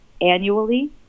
annually